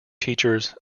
teachers